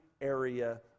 area